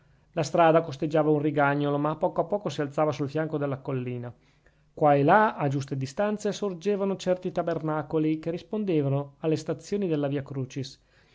la strada costeggiava un rigagnolo ma a poco a poco si alzava sul fianco della collina qua e là a giuste distanze sorgevano certi tabernacoli che rispondevano alle stazioni della via crucis